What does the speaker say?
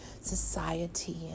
society